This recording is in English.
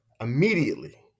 Immediately